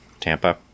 Tampa